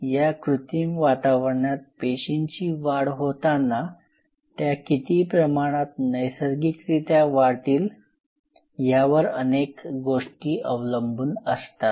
या कृत्रिम वातावरणात पेशींची वाढ होतांना त्या किती प्रमाणात नैसर्गिकरित्या वाढतील यावर अनेक गोष्टी अवलंबून असतात